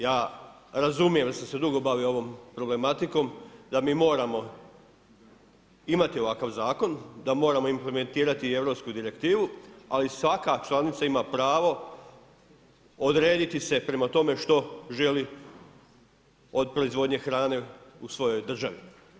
Ja razumijem jer sam se dugo bavio ovom problematikom, da mi moramo imati ovakav zakon, da moramo implementirati Europsku direktivu, ali svaka članica ima pravo, odrediti se prema tome, što želi od proizvodnje hrane u svojoj državi.